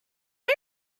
are